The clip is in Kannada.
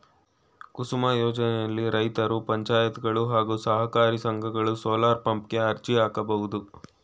ಕುಸುಮ್ ಯೋಜ್ನೆಲಿ ರೈತ್ರು ಪಂಚಾಯತ್ಗಳು ಹಾಗೂ ಸಹಕಾರಿ ಸಂಘಗಳು ಸೋಲಾರ್ಪಂಪ್ ಗೆ ಅರ್ಜಿ ಹಾಕ್ಬೋದು